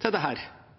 til dette istedenfor å stille spørsmål som viser at en ikke har noen særlig tillit til måten det